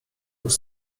już